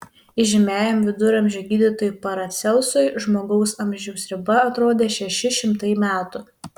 įžymiajam viduramžių gydytojui paracelsui žmogaus amžiaus riba atrodė šeši šimtai metų